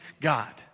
God